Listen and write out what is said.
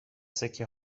سکه